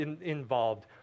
involved